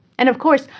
and of course,